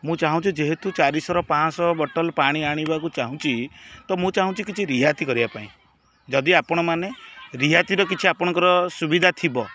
ମୁଁ ଚାହୁଁଛି ଯେହେତୁ ଚାରିଶହ ପାଞ୍ଚଶହ ବଟଲ୍ ପାଣି ଆଣିବାକୁ ଚାହୁଁଛି ତ ମୁଁ ଚାହୁଁଛି କିଛି ରିହାତି କରିବା ପାଇଁ ଯଦି ଆପଣମାନେ ରିହାତିର କିଛି ଆପଣଙ୍କର ସୁବିଧା ଥିବ